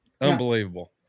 Unbelievable